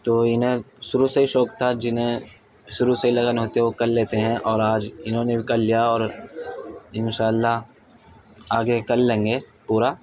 تو انہیں شروع سے ہی شوق تھا جنہیں شروع سے ہی لگن ہوتی ہے وہ کر لیتے ہیں اور آج انہوں نے بھی کر لیا اور ان شاء اللہ آگے کر لیں گے پورا